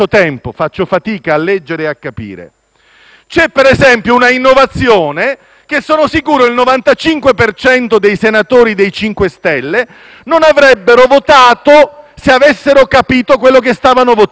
che - sono sicuro - il 95 per cento dei senatori 5 Stelle non avrebbero votato se avessero capito quello che stavano votando. Sto parlando della reintroduzione dell'istituto della concessione.